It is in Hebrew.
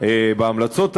בהמלצות הללו,